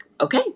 okay